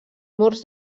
murs